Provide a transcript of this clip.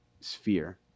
sphere